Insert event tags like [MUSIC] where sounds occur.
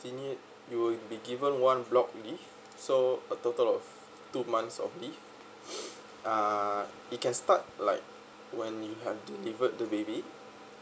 tinued you will be given one block leave so a total of two months of leave [NOISE] uh he can start like when you have delivered the baby